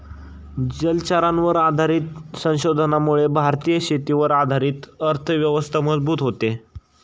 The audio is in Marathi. जलचरांवर आधारित संशोधनामुळे भारतीय शेतीवर आधारित अर्थव्यवस्था मजबूत होते